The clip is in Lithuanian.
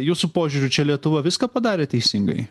jūsų požiūriu čia lietuva viską padarė teisingai